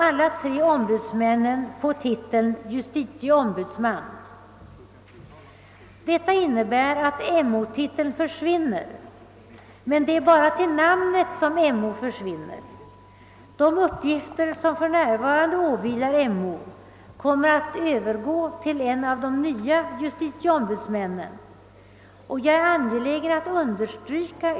Ati re visorerna utses — jag citerar ur utskottets utlåtande — »med hänsyn till intresse, erfarenhet och lämplighet i övrigt» framstår för utskottet som det kanske mest angelägna.